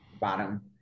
bottom